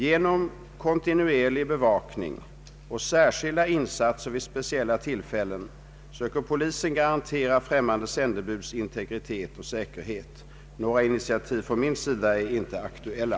Genom kontinuerlig bevakning och särskilda insatser vid speciella tillfällen söker polisen garantera främmande sändebuds integritet och säkerhet. Några initiativ från min sida är inte aktuella.